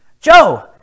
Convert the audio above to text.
Joe